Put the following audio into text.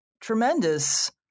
tremendous